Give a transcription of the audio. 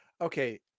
okay